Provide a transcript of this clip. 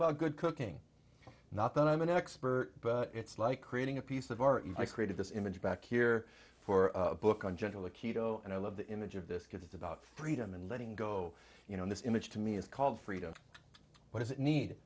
about good cooking not that i'm an expert but it's like creating a piece of art if i created this image back here for a book on general the kito and i love the image of this because it's about freedom and letting go you know this image to me is called freedom what is it ne